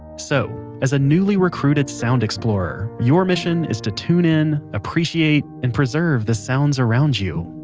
so as a newly recruited sound explorer, your mission is to tune in, appreciate, and preserve the sounds around you